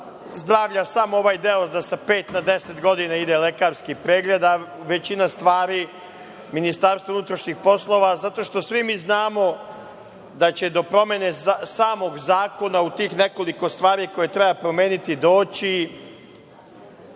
zdravlja samo ovaj deo da sa pet na deset godina ide lekarski pregled, a većina stvari u MUP, zato što svi mi znamo da će do promene samog zakona u tih nekoliko stvari koje treba promeniti doći